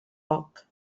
poc